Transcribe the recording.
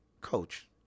coach